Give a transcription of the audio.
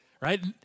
Right